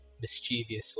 mischievously